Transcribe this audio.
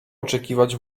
oczekiwać